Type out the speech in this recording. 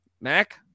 Mac